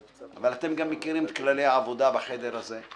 אבל אתם גם מכירים את כללי העבודה בחדר הזה.